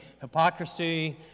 hypocrisy